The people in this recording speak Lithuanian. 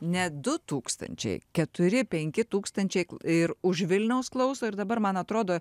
ne du tūkstančiai keturi penki tūkstančiai ir už vilniaus klauso ir dabar man atrodo